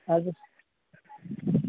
আৰু